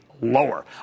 lower